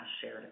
shared